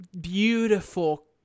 beautiful